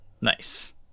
nice